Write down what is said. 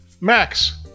Max